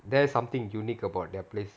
there's something unique about that place